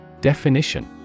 Definition